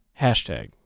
Hashtag